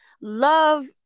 love